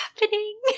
happening